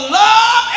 love